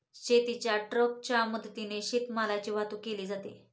शेतीच्या ट्रकच्या मदतीने शेतीमालाची वाहतूक केली जाते